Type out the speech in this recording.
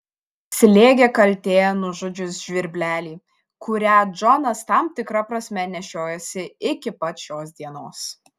slėgė kaltė nužudžius žvirblelį kurią džonas tam tikra prasme nešiojosi iki pat šios dienos